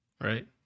right